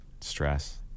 stress